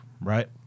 right